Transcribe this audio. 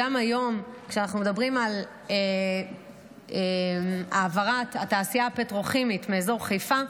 גם כשאנחנו מדברים היום על העברת התעשייה הפטרוכימית מאזור חיפה,